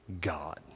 God